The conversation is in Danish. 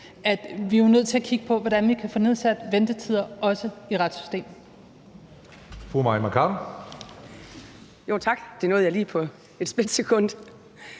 at vi er nødt til at kigge på, hvordan vi kan få nedsat ventetider, også i retssystemet.